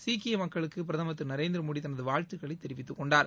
சீக்கிய மக்களுக்கு பிரதமர் திரு நரேந்திரமோடி தனது வாழ்த்துகளை தெரிவித்துக் கொண்டார்